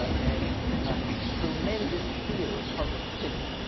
and a tremendous fear of public opinion.